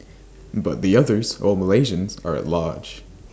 but the others all Malaysians are at large